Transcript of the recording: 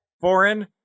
foreign